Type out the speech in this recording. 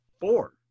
four